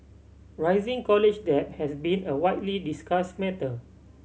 rising college debt has been a widely discussed matter